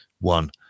one